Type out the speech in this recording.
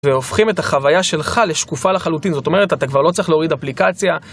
והופכים את החוויה שלך לשקופה לחלוטין, זאת אומרת, אתה כבר לא צריך להוריד אפליקציה.